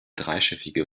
dreischiffige